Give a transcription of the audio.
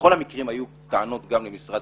ובכל המקרים היו טענות גם למשרד